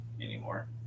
anymore